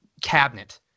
cabinet